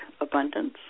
abundance